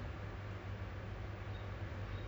ya like cause you were saying that